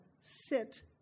sit